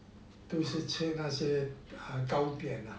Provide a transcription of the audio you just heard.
都是吃那些啊糕点啦